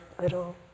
little